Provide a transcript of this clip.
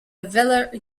velar